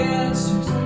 answers